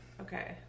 Okay